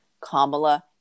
kamala